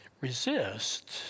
Resist